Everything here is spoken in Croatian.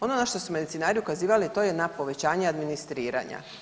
Ono na što su medicinari ukazivali, to je na povećanje administriranja.